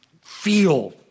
feel